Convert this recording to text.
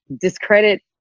discredit